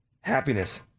happiness